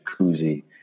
jacuzzi